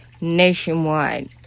nationwide